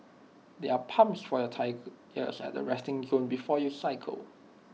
there are pumps for your at the resting zone before you cycle